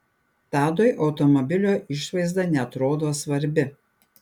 tadui automobilio išvaizda neatrodo svarbi